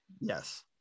Yes